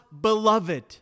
beloved